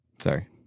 Sorry